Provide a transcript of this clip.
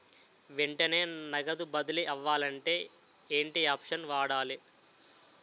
వెంటనే నగదు బదిలీ అవ్వాలంటే ఏంటి ఆప్షన్ వాడాలి?